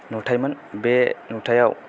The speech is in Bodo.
नुथायमोन बे नुथायाव